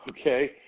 Okay